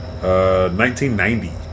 1990